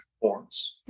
forms